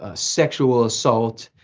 ah sexual assault.